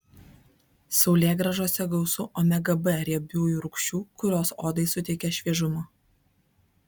saulėgrąžose gausu omega b riebiųjų rūgščių kurios odai suteikia šviežumo